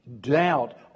doubt